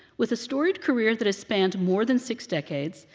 with a storied career that has spanned more than six decades,